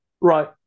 right